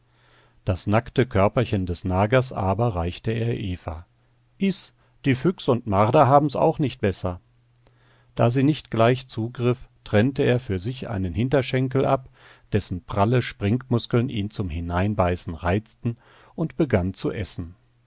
das nackte körperchen des nagers aber reichte er eva iß die füchs und marder haben's auch nicht besser da sie nicht gleich zugriff trennte er für sich einen hinterschenkel ab dessen pralle springmuskeln ihn zum hineinbeißen reizten und begann zu essen